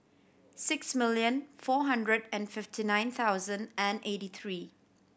six millon four hundred and fifty nine thousand and eighty three